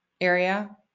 area